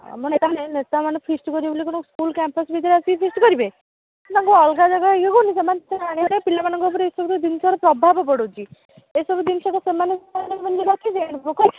ଆମର ନେତାମାନେ ଏଇ ନେତାମାନେ ଫିଷ୍ଟ କରିବେ ବୋଲି କ'ଣ ସ୍କୁଲ୍ କ୍ୟାମ୍ପସ୍ ଭିତରେ ଆସିକି ଫିଷ୍ଟ୍ କରିବେ ତାଙ୍କୁ ଅଲଗା ଜାଗା ଇଏ କରୁନି ସେମାନେ ତ ଜାଣିବା କଥା ପିଲାମାନଙ୍କ ଉପରେ ଏସବୁ ଜିନିଷର ପ୍ରଭାବ ପଡ଼ୁଛି ଏସବୁ ଜିନିଷ ତ ସେମାନେ କ'ଣ